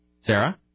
Sarah